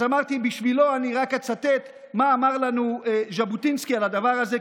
ואמרתי שבשבילו אני רק אצטט מה אמר לנו ז'בוטינסקי על הדבר הזה,